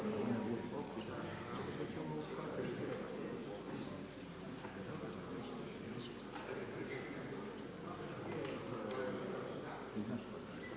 Hvala vam.